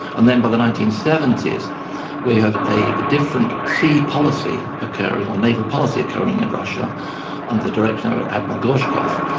and then by the nineteen seventy s we have a different sea policy policy occurring or naval policy occurring in russia under the direction of admiral gorshkov.